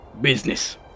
Business